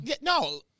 No